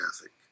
ethic